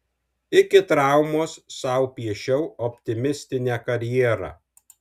iki traumos sau piešiau optimistinę karjerą